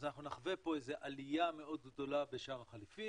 אז אנחנו נחווה פה עלייה מאוד גדולה בשער החליפין,